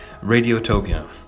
Radiotopia